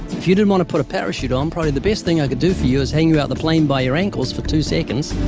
if you didn't want to put a parachute on, probably the best thing i could do for you is hang you out the plane by your ankles for two seconds.